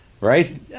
right